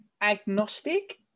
agnostic